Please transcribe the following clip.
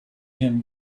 him